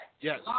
Yes